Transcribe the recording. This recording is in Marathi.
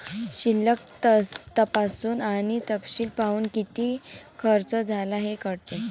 शिल्लक तपासून आणि तपशील पाहून, किती खर्च झाला हे कळते